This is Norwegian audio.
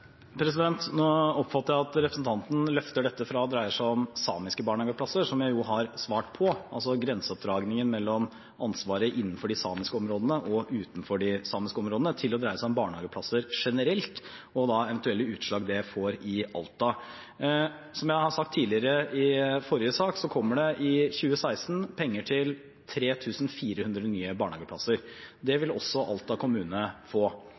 Nå oppfatter jeg at representanten løfter dette fra å dreie seg om samiske barnehageplasser, som jeg jo har svart på – altså grenseoppdragningen mellom ansvaret innenfor de samiske områdene og utenfor de samiske områdene – til å dreie seg om barnehageplasser generelt og eventuelle utslag det får i Alta. Som jeg har sagt tidligere, i forrige sak, kommer det i 2016 penger til 3 400 nye barnehageplasser. Det vil også Alta kommune få.